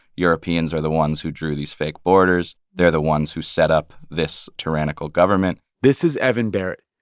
europeans are the ones who drew these fake borders. they're the ones who set up this tyrannical government this is evan barrett,